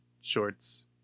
shorts